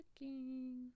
Looking